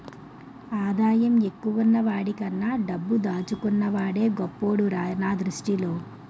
ఆదాయం ఎక్కువున్న వాడికన్నా డబ్బు దాచుకున్న వాడే గొప్పోడురా నా దృష్టిలో